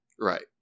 right